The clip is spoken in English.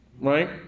Right